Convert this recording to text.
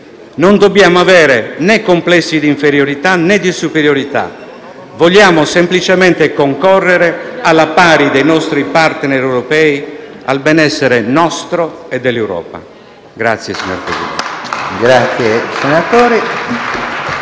Non dobbiamo avere né complessi di inferiorità, né di superiorità, ma vogliamo semplicemente concorrere alla pari dei nostri *partner* europei al benessere nostro e dell'Europa. *(Applausi dai